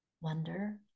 wonder